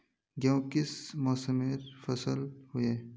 गेहूँ किस मौसमेर फसल होय?